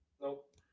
nope